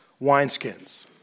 wineskins